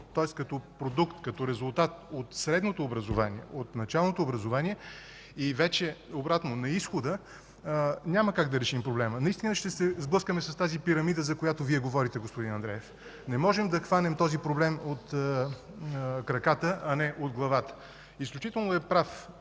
тоест като продукт, като резултат от средното образование, от началното образование и вече обратно на изхода, няма как да решим проблема. Наистина ще се сблъскаме с тази пирамида, за която Вие говорите, господин Андреев. Не можем да хванем този проблем от краката, а не от главата. Изключително е прав